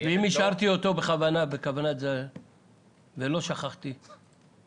ואם השארתי אותו בכוונה ברכב ולא שכחתי אותו?